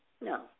No